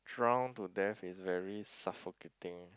drown to death is very suffocating